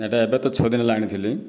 ଏଇଟା ଏବେ ତ ଛଅ ଦିନ ହେଲା ଆଣିଥିଲି